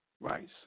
Rice